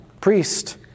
priest